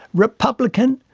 republican,